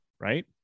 right